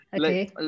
okay